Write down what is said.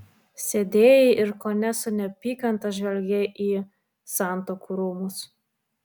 sėdėjai ir kone su neapykanta žvelgei į santuokų rūmus